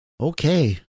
okay